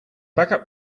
backup